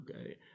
okay